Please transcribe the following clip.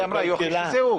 יוכי אמרה שזה הוא.